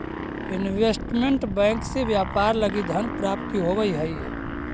investment bank से व्यापार लगी धन प्राप्ति होवऽ हइ